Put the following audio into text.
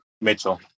Mitchell